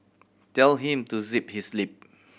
tell him to zip his lip